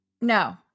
No